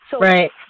Right